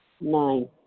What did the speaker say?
Nine